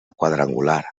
quadrangular